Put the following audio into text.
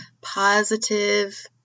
positive